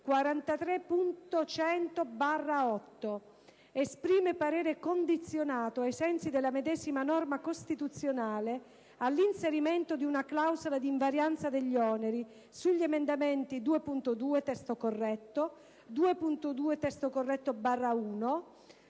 43.100/8. Esprime parere condizionato, ai sensi della medesima norma costituzionale, all'inserimento di una clausola di invarianza degli oneri, sugli emendamenti 2.2 (testo corretto), 2.2 (testo corretto)/1,